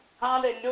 Hallelujah